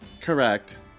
Correct